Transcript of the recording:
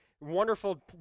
wonderful